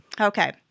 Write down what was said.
Okay